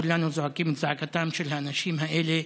כולנו זועקים את זעקתם של האנשים האלה,